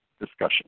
discussion